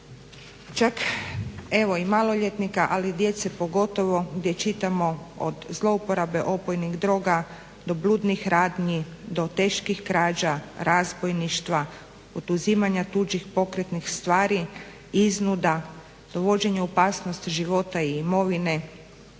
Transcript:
čak evo i maloljetnika ali djece pogotovo gdje čitamo od zlouporabe opojnih droga do bludnih radnji, do teških krađa, razbojništva, oduzimanja tuđih pokretnih stvari, iznuda, dovođenja u opasnost života i imovine,